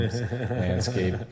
landscape